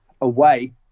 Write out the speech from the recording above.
away